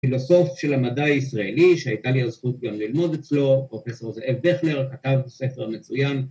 ‫פילוסוף של המדע הישראלי ‫שהייתה לי הזכות גם ללמוד אצלו, ‫פרופ' זאב דכנר, ‫כתב ספר מצוין.